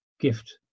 gift